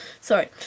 Sorry